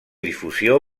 difusió